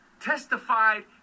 testified